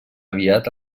aviat